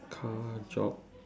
car job